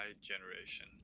generation